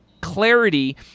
clarity